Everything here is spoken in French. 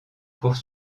cours